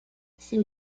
seu